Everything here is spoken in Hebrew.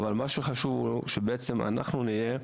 מה שחשוב שאנחנו נהיה,